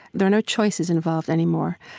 there are no choices involved anymore.